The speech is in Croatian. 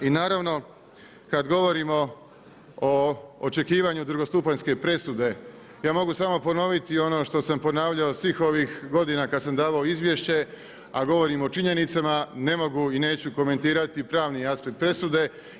I naravno kad govorimo o očekivanju drugostupanjske presude ja mogu samo ponoviti ono što sam ponavljao svih ovih godina kada sam davao izvješće, a govorim o činjenicama ne mogu i neću komentirati pravni aspekt presude.